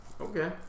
Okay